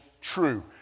true